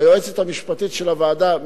היא יועצת המשפטית של הוועדה,